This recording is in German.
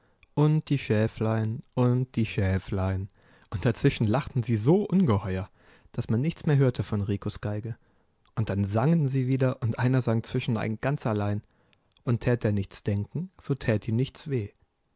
und die schäflein und die schäflein und dazwischen lachten sie so ungeheuer daß man nichts mehr hörte von ricos geige und dann sangen sie wieder und einer sang zwischenein ganz allein und tät er nichts denken so tät ihm nichts weh